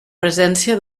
presència